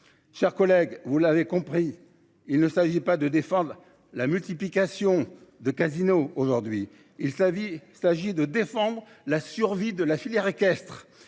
Chers collègues, vous l'avez compris, il ne s'agit pas de défendre la multiplication de Casino. Aujourd'hui, ils savent. Il s'agit de défendre la survie de la filière équestre